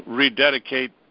rededicate